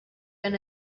been